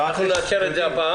הפעם אנחנו נאשר את זה.